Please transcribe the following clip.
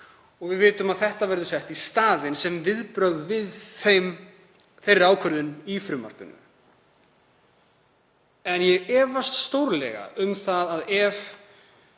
og við vitum að þetta verður sett í staðinn, sem viðbrögð við þeirri ákvörðun í frumvarpinu. En ég efast stórlega um það að ef